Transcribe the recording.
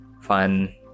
fun